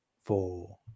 Four